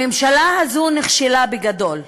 הממשלה הזו נכשלה בגדול.